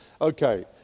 Okay